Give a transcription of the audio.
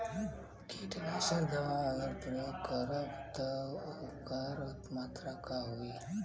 कीटनाशक दवा अगर प्रयोग करब त ओकर मात्रा का होई?